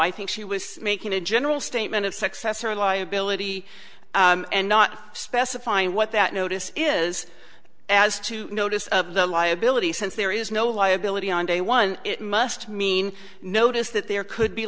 i think she was making a general statement of success or liability and not specifying what that notice is as to notice of the liability since there is no liability on day one it must mean notice that there could be